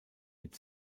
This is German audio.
mit